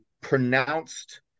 pronounced